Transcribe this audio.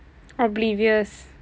oblivious